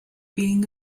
being